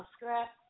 Scrap